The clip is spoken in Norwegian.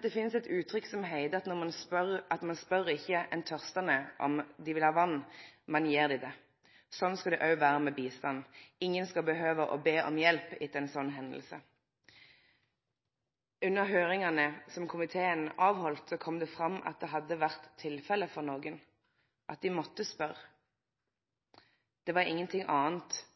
Det finst eit uttrykk som heiter at ein spør ikkje ein tørstande om han vil ha vatn – ein gjev han det. Slik skal det òg vere med bistand. Ingen skal behøve å be om hjelp etter ei slik hending. Under høyringane som komiteen heldt, kom det fram at dét hadde vore tilfellet for nokon, at dei måtte